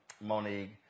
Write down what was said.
Monique